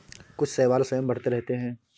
कुछ शैवाल स्वयं बढ़ते रहते हैं